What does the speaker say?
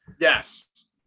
yes